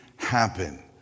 happen